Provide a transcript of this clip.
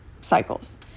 cycles